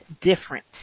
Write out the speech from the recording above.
different